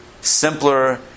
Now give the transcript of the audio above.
Simpler